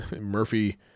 Murphy